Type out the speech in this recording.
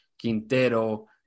Quintero